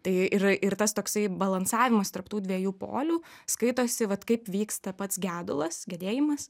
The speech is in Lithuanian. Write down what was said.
tai yra ir tas toksai balansavimas tarp tų dviejų polių skaitosi vat kaip vyksta pats gedulas gedėjimas